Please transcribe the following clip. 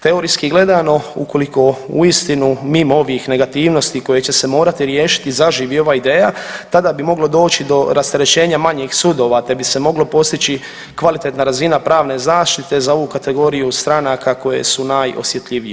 Teorijski gledano ukoliko uistinu mimo ovih negativnosti koje će se morati riješiti zaživi ova ideja tada bi moglo doći do rasterećenja manjih sudova te bi se moglo postići kvalitetna razina pravne zaštite za ovu kategoriju stranaka koje su najosjetljivije.